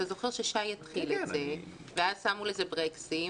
אתה זוכר ששי התחיל את זה ושמו לזה ברקסים.